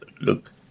Look